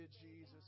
Jesus